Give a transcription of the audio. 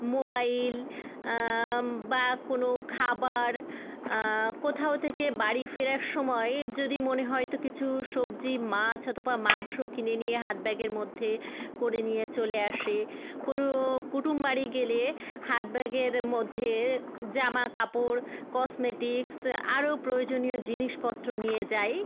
mobile বা কোনো খাবার কোথাও থেকে বাড়ি ফেরার সময় যদি মনে হয় একটু কিছু সবজি মাছ অথবা মাংস কিনে নিয়ে হাত ব্যাগের মধ্যে করে নিয়ে চলে আসে কোনো কুটুম বাড়ি গেলে হাত ব্যাগের মধ্যে জামা কাপড় কসমেটিক্স আরও প্রয়োজনীয় জিনিসপত্র নিয়ে যায়